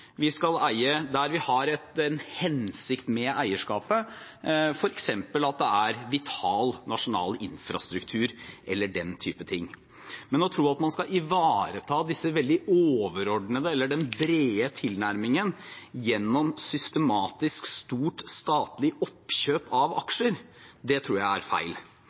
Vi skal eie der vi har en hensikt med eierskapet, f.eks. at det er vital nasjonal infrastruktur eller den type ting. Men at man skal ivareta denne veldig overordnede eller brede tilnærmingen gjennom systematisk stort statlig oppkjøp av aksjer, det tror jeg er feil.